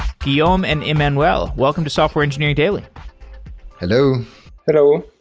ah yeah ah um and emmanuel, welcome to software engineering daily hello hello.